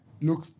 look